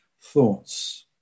thoughts